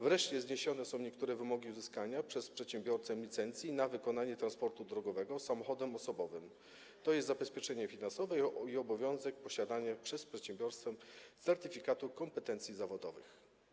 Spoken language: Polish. Wreszcie zniesione będą niektóre wymogi uzyskania przez przedsiębiorcę licencji na wykonanie transportu drogowego samochodem osobowym, tj. zabezpieczenie finansowe i obowiązek posiadania przez przedsiębiorcę certyfikatu kompetencji zawodowych.